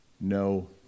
no